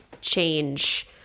change